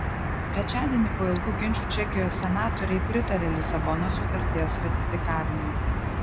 trečiadienį po ilgų ginčų čekijos senatoriai pritarė lisabonos sutarties ratifikavimui